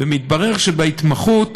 ומתברר שבהתמחות